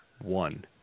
One